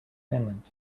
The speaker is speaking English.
finland